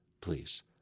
please